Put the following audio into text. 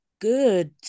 good